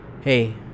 hey